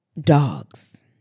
dogs